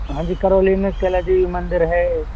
हाँ जी करौली में कैला जी मंदिर है